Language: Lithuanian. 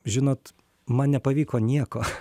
žinot man nepavyko nieko